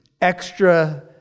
extra